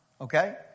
Okay